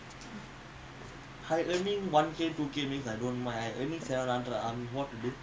that is better compared to last time ah